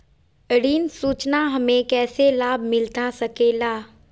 ऋण सूचना हमें कैसे लाभ मिलता सके ला?